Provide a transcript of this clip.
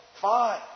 fine